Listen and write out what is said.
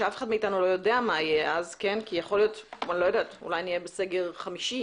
ואף אחד מאתנו לא יודע מה יהיה אז כי אולי נהיה בסגר חמישי